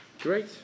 Great